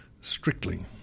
strictly